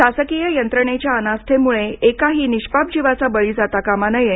शासकीय यंत्रणेच्या अनास्थेमुळे एकाही निष्पाप जीवाचा बळी जाता कामा नये